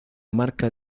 marca